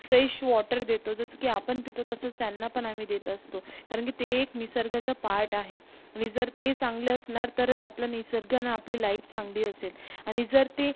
fresh water देतो जसं की आपण पितो तसंच त्यांना पण आम्ही देत असतो कारण की ते एक निसर्गाचा पार्ट आहे आणि जर ते चांगले असणार तरच आपलं निसर्ग अन् आपली लाईप चांगली असेल आणि जर ते